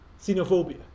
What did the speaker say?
xenophobia